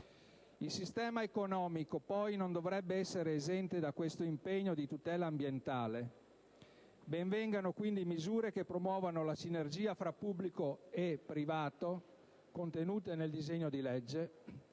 Il sistema economico poi non dovrebbe essere esente da questo impegno di tutela ambientale: ben vengano, quindi, misure che promuovano la sinergia fra pubblico e privato contenute nel disegno di legge,